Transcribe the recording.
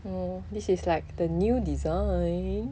oh this is like the new design